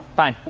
fine.